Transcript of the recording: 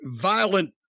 violent